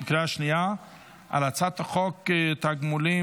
הצבעה בקריאה שנייה על הצעת חוק התגמולים